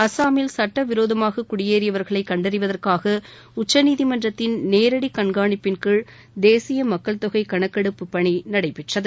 அஸ்ஸாமில் சட்டவிரோதமாக குடியேறியவர்களை கண்டறிவதற்காக உச்சநீதிமன்றத்தின் நேரடி கண்காணிப்பின் கீழ் தேசிய மக்கள் தொகை கணக்கெடுப்பு பணி நடைபெற்றது